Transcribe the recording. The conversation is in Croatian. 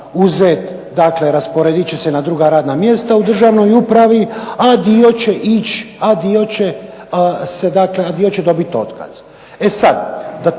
uzet, dakle rasporedit će se na druga radna mjesta u državnoj upravi, a dio će dobit otkaz. E sad, da smo